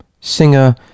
Singer